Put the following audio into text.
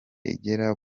igera